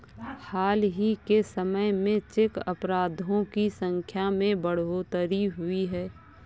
हाल ही के समय में चेक अपराधों की संख्या में बढ़ोतरी हुई है